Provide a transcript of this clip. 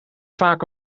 vaak